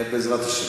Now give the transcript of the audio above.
בעזרת השם.